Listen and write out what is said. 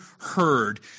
heard